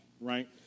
right